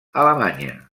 alemanya